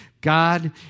God